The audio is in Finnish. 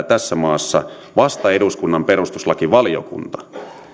tässä maassa vasta eduskunnan perustuslakivaliokunta